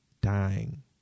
dying